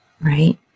Right